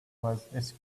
was